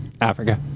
Africa